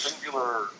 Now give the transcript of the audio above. singular